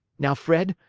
now, fred,